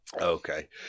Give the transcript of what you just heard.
okay